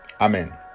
amen